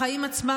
החיים עצמם,